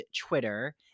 Twitter